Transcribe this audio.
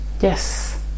Yes